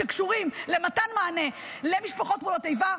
שקשורים למתן מענה למשפחות נפגעי פעולות איבה,